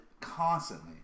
constantly